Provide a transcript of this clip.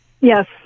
Yes